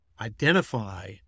identify